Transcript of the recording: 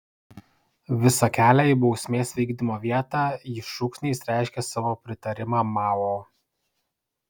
visą kelią į bausmės vykdymo vietą ji šūksniais reiškė savo pritarimą mao